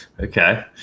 Okay